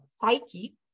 psyche